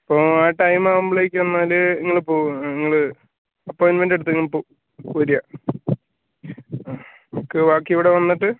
അപ്പോൾ ആ ടൈം ആകുമ്പോളേക്ക് എന്നാൽ നിങ്ങൾ പോകുക നിങ്ങൾ അപ്പോയിൻമെൻറ്റ് എടുത്തിങ്ങു വരിക ബാക്കി ഇവിടെ വന്നിട്ട്